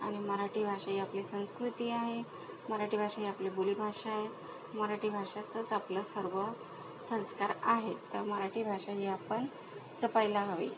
आणि मराठी भाषा ही आपली संस्कृती आहे मराठी भाषा ही आपली बोली भाषा आहे मराठी भाषातच आपलं सर्व संस्कार आहे तर मराठी भाषा ही आपण जपायला हवी